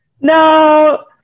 No